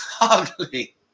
ugly